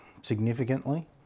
significantly